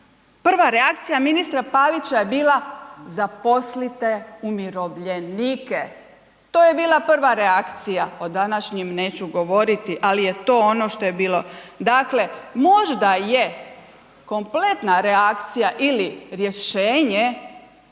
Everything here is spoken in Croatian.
prva reakcija ministra Pavića je bila zaposlite umirovljenike, to je bila prva reakcija, o današnjim neću govoriti, ali je to ono što je bilo. Dakle, možda je kompletna reakcija ili rješenje